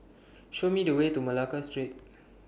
Show Me The Way to Malacca Street